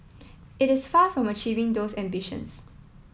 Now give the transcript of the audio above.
it is far from achieving those ambitions